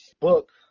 book